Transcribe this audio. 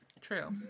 True